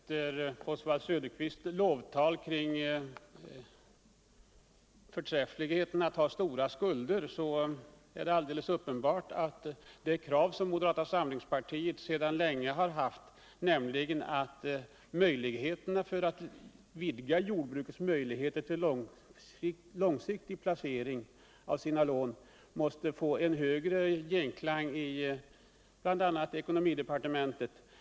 Herr talman! Efter Oswald Söderqvists lovtal kring dot förträffliga i att ha stora skulder är det alldeles uppenbart att det krav som moderata samlingspartiot sedan länge har ställt om vidgade möjligheter ul långsiktig placering av jordbrukets lån måste få större genklang, bl.a. i ekonomidepartementet.